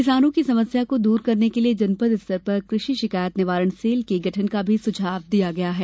किसानों की समस्या को दूर करने के लिए जनपद स्तर पर कृषि शिकायत निवारण सेल के गठन का भी सुझाव दिया गया है